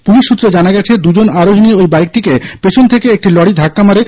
police সূত্রে জানা গেছে দুজন আরোহী নিয়ে ওই বাইকটিকে পেছন থেকে একটি লরি ধাক্কা মারে